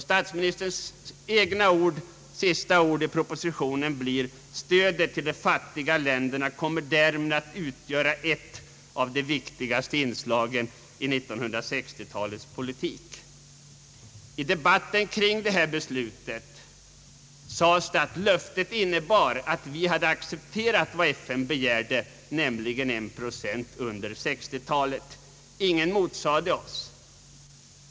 Statsministerns sista ord i propositionen var att stödet till de fattiga länderna därmed skulle »komma att utgöra ett av de viktigaste inslagen i 1960-talets politik». I debatten som föregick beslutet i riksdagen sades, att löftet innebar att vi hade accepterat vad FN begärde, nämligen en procent under 1960-talet. Ingen motsade detta.